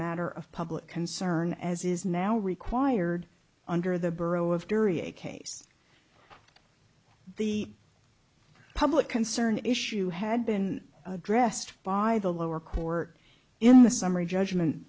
matter of public concern as is now required under the borough of duryea case the public concern issue had been addressed by the lower court in the summary judgment